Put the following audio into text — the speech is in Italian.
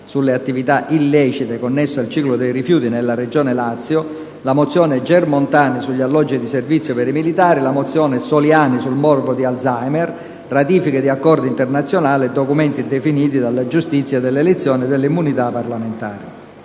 sulle attività illecite connesse al ciclo dei rifiuti nella Regione Lazio, la mozione Germontani sugli alloggi di servizio per i militari, la mozione Soliani sul morbo di Alzheimer, ratifiche di accordi internazionali e documenti definiti dalla Giunta delle elezioni e delle immunità parlamentari.